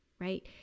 right